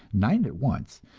nine at once,